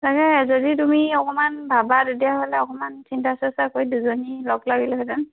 তাকে যদি তুমি অকণমান ভাবা তেতিয়াহ'লে অকণমান চিন্তা চৰ্চা কৰি দুইজনী লগ লাগিলেহেঁতেন